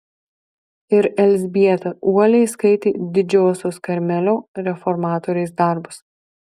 ir elzbieta uoliai skaitė didžiosios karmelio reformatorės darbus